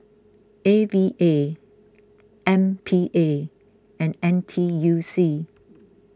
A V A M P A and N T U C